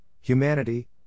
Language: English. Humanity